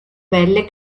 belle